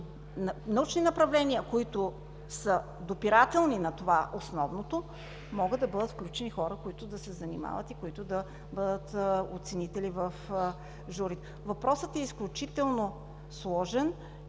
научни направления, които са допирателни на основното, могат да бъдат включени хора, които да се занимават и да бъдат оценители в журито. Въпросът е изключително сложен.